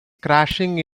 crashing